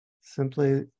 Simply